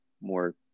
more